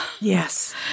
Yes